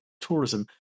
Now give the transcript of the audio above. Tourism